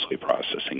processing